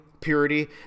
purity